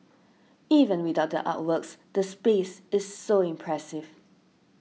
even without the artworks the space is so impressive